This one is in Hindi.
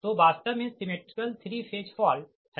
तो वास्तव में सिमेट्रिकल 3 फेज फॉल्ट है